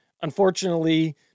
unfortunately